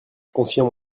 confirme